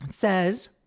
says